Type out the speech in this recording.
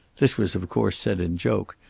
this was of course said in joke,